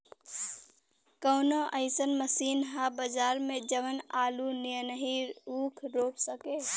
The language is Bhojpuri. कवनो अइसन मशीन ह बजार में जवन आलू नियनही ऊख रोप सके?